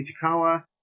Ichikawa